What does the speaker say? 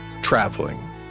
traveling